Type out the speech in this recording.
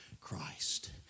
Christ